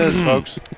folks